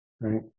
right